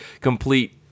complete